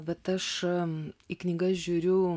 bet aš į knygas žiūriu